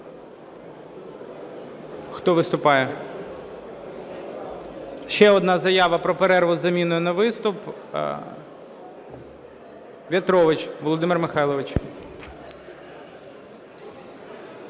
Хто виступає? Ще одна заява про перерву з заміною на виступ. В'ятрович Володимир Михайлович.